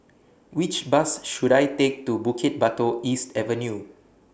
Which Bus should I Take to Bukit Batok East Avenue